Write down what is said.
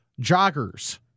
Joggers